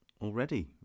already